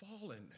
fallen